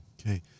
Okay